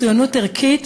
מצוינות ערכית,